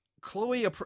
Chloe